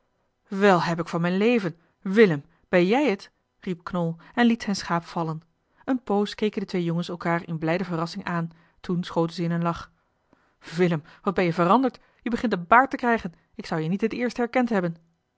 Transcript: wel heb ik van mijn leven willem ben jij het riep knol en en liet zijn schaap vallen een poos keken de twee jongens elkaar in blijde verrassing aan toen schoten zij in een lach willem wat ben je veranderd jij begint een baard te krijgen ik zou je niet het eerst herkend hebben